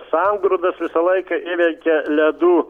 sangrūdas visą laiką įveikia ledų